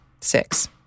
six